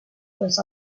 was